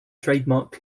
trademark